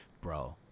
bro